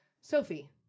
Sophie